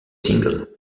single